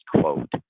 quote